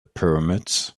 pyramids